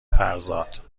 فرزاد